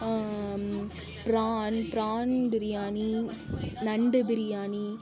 பிரான் prawn biryani நண்டு பிரியாணி